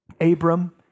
Abram